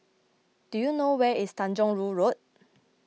do you know where is Tanjong Rhu Road